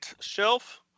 shelf